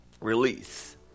release